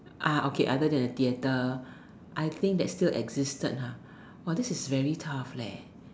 ah okay other than the theatre I think that's still existed ha this is very tough leh